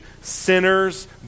sinners